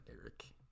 Eric